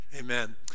Amen